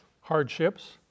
hardships